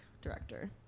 director